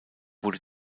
wurde